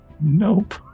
nope